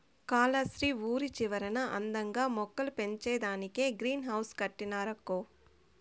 కాలస్త్రి ఊరి చివరన అందంగా మొక్కలు పెంచేదానికే గ్రీన్ హౌస్ కట్టినారక్కో